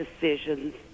decisions